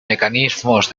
mecanismos